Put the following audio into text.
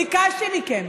ביקשתי מכם: